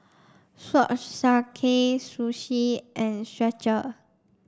Swatch Sakae Sushi and Skechers